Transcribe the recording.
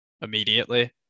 immediately